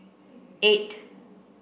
eight